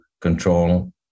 control